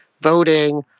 voting